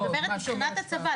אני אומרת מבחינת הצבא,